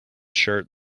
shirt